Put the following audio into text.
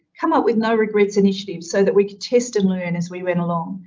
come up with no regrets initiatives so that we could test and learn as we went along.